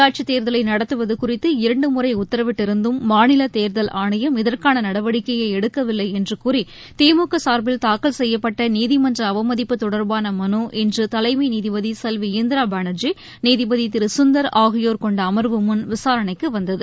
உள்ளாட்சித் தேர்தலை நடத்துவது குறித்து இரண்டு முறை உத்தரவிட்டிருந்தும் மாநில தேர்தல் ஆணையம் இதற்கான நடவடிக்கையை எடுக்கவில்லை என்று கூறி திமுக சார்பில் தாக்கல் செய்யப்பட்ட நீதிமன்ற அவமதிப்பு தொடர்பான மனு இன்று தலைமை நீதிபதி செல்வி இந்திரா பானர்ஜி நீதிபதி திரு கந்தர் ஆகியோர் கொண்ட அமர்வு முன் விசாரணைக்கு வந்தது